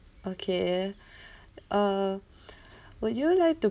okay uh would you like to